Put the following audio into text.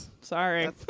Sorry